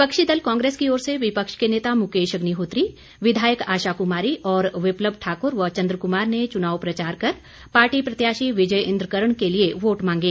विपक्षी दल कांग्रेस की ओर से विपक्ष के नेता मुकेश अग्निहोत्री विधायक आशा कुमारी और विप्लव ठाकुर व चंद्र कुमार ने चुनाव प्रचार कर पार्टी प्रत्याशी विजय इंद्र कर्ण के लिए वोट मांगे